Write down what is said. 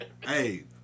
hey